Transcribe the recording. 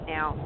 Now